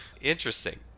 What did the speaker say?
interesting